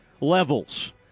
levels